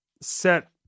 set